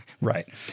Right